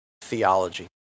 theology